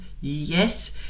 yes